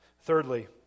Thirdly